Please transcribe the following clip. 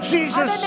Jesus